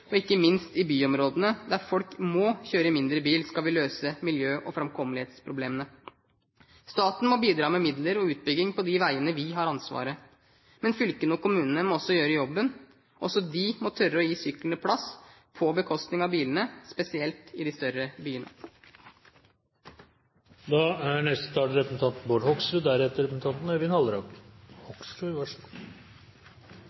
og ikke minst i byområdene, der folk må kjøre mindre bil skal vi løse miljø- og framkommelighetsproblemene. Staten må bidra med midler og utbygging på de veiene vi har ansvaret for, men fylkene og kommunene må også gjøre jobben. Også de må tørre å gi syklene plass på bekostning av bilene, spesielt i de større byene.